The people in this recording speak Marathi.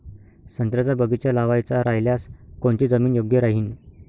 संत्र्याचा बगीचा लावायचा रायल्यास कोनची जमीन योग्य राहीन?